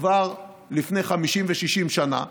כבר לפני 50 ו-60 שנה.